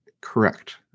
correct